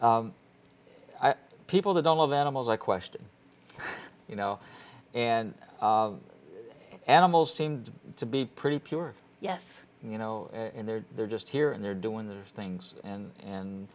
e people that don't love animals i question you know and animals seemed to be pretty pure yes you know and they're they're just here and they're doing the things and and